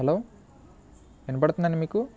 hello వినపడుతుందండి మీకు